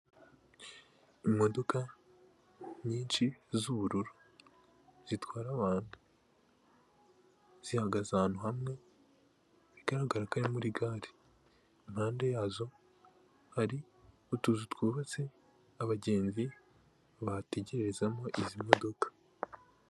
Imodoka nyinshi z'ubururu zitwara abantu zihagaze ahantu hamwe bigaragara ko ari muri gare, impande yazo hari utuzu twubatse abagenzi bategererezamo izi modoka.